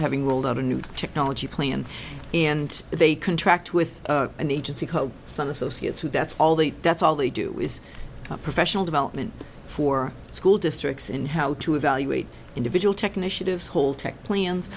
having rolled out a new technology play in and they contract with an agency called sun associates that's all the that's all they do is professional development for school districts in how to evaluate individual technician lives whole tech plans